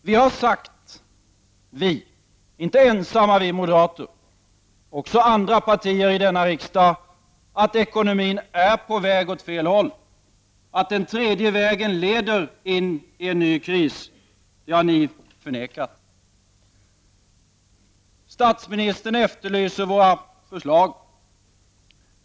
Vi har sagt — inte vi moderater ensamma, utan också andra partier i denna riksdag — att ekonomin är på väg åt fel håll och att den tredje vägens politik leder oss in i en ny kris. Detta har ni förnekat. Statsministern efterlyste våra förslag.